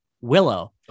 willow